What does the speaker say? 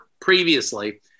previously